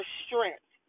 strength